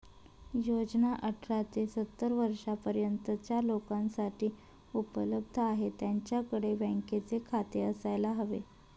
योजना अठरा ते सत्तर वर्षा पर्यंतच्या लोकांसाठी उपलब्ध आहे, त्यांच्याकडे बँकेचे खाते असायला हवे